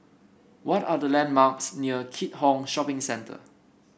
what are the landmarks near Keat Hong Shopping Centre